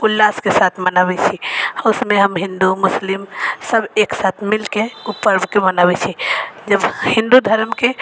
उल्लासके साथ मनाबै छी उसमे हम हिन्दू मुसलिम सब एकसाथ मिलके ओ पर्वके मनाबै छी जब हिन्दू धरमके